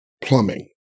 plumbing